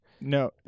No